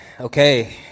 Okay